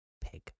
pig